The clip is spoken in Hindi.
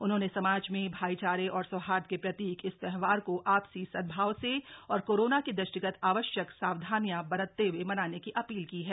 उन्होंने समाज में भाईचारे और सौहार्द के प्रतीक इस त्यौहार को आ सी सद्भाव से और कोरोना के दृष्टिगत आवश्यक सावधानियां बरतते हुए मनाने की अपील की है